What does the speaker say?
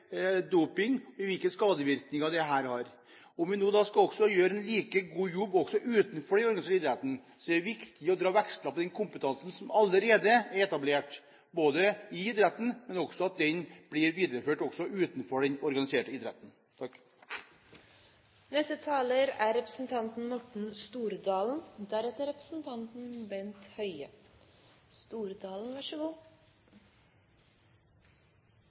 doping og hvilke skadevirkninger doping har. Om vi nå skal gjøre en like god jobb også utenfor den organiserte idretten, er det viktig å trekke veksler på den kompetansen som allerede er etablert i idretten, og at den blir videreført også utenfor den organiserte idretten.